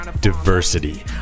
diversity